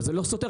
אבל זה לא סותר,